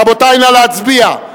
רבותי, נא להצביע.